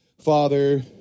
Father